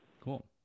Cool